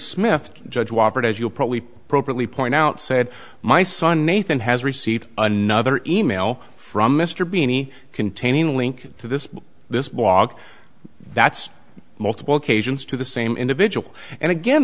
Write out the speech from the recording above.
smith judge wapner as you'll probably appropriately point out said my son nathan has received another e mail from mr binney containing link to this this blog that's multiple occasions to the same individual and again